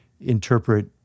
interpret